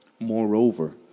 Moreover